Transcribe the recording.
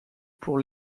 pour